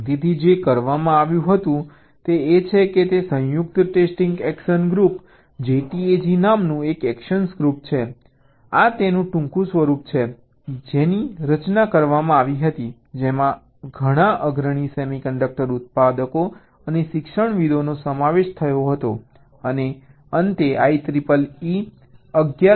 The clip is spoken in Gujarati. તેથી જે કરવામાં આવ્યું હતું તે એ છે કે સંયુક્ત ટેસ્ટિંગ એક્શન ગ્રુપ JTAG નામનું એક એક્શન ગ્રુપ છે આ તેનું ટૂંકું સ્વરૂપ છે જેની રચના કરવામાં આવી હતી જેમાં ઘણા અગ્રણી સેમી કંડક્ટર ઉત્પાદકો અને શિક્ષણવિદોનો સમાવેશ થતો હતો અને અંતે IEEE 1149